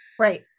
Right